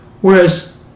Whereas